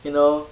you know